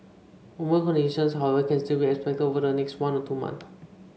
warmer conditions however can still be expected over the next one or two months